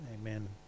amen